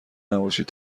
نباشید